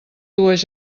dues